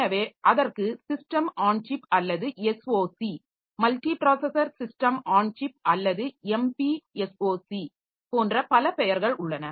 எனவே அதற்கு system on chip அல்லது SoC multiprocessor system on chip அல்லது MPSoC போன்ற பல பெயர்கள் உள்ளன